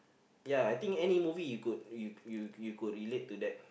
ya I think any movie you could you you could relate to that